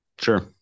Sure